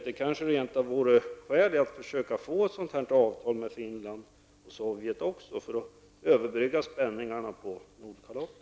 Det kanske rent av vore skäl att försöka få till stånd ett sådant här avtal också med Finland och Sovjet för att överbrygga spänningarna på Nordkalotten?